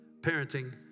Parenting